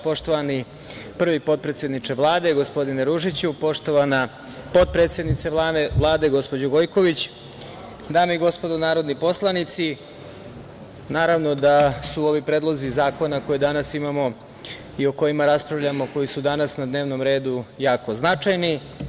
Poštovani prvi potpredsedničke Vlade gospodine Ružiću, poštovana potpredsednice Vlade gospođo Gojković, dame i gospodo narodni poslanici, naravno da su ovi Predlozi zakona koje danas imamo i o kojima raspravljamo, a koji su danas na dnevnom redu jako značajni.